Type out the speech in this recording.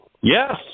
Yes